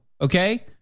okay-